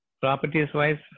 properties-wise